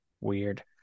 Weird